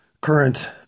current